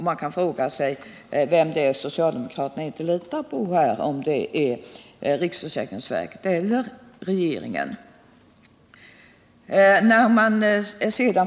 Man kan fråga sig vem det är socialdemokraterna inte litar på. Är det riksförsäkringsverket eller regeringen?